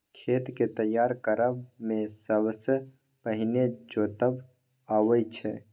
खेत केँ तैयार करब मे सबसँ पहिने जोतब अबै छै